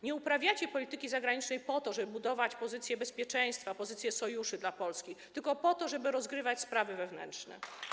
Nie uprawiacie polityki zagranicznej po to, żeby budować pozycję bezpieczeństwa, pozycję sojuszy dla Polski, tylko po to, żeby rozgrywać sprawy wewnętrzne.